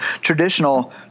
traditional